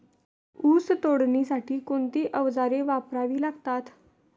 ऊस तोडणीसाठी कोणती अवजारे वापरावी लागतात?